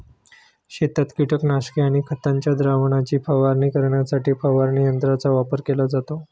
शेतात कीटकनाशके आणि खतांच्या द्रावणाची फवारणी करण्यासाठी फवारणी यंत्रांचा वापर केला जातो